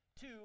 Two